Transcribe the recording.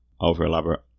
over-elaborate